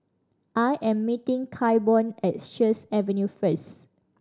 I am meeting Claiborne at Sheares Avenue first